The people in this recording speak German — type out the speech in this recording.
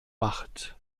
macht